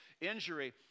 injury